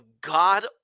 God